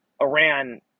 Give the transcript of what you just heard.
iran